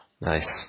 Nice